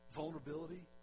vulnerability